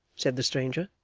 said the stranger.